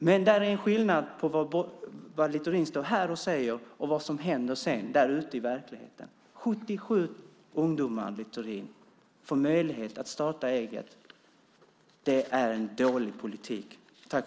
Det är en skillnad på vad Littorin står här och säger och vad som händer sedan ute i verkligheten. 77 ungdomar, Littorin, får möjlighet att starta eget. Det är en dålig politik.